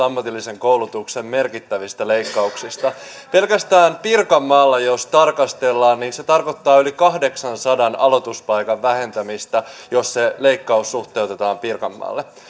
ammatillisen koulutuksen merkittävistä leikkauksista pelkästään pirkanmaalla jos tarkastellaan se tarkoittaa yli kahdeksansadan aloituspaikan vähentämistä jos leikkaus suhteutetaan pirkanmaalle